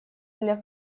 для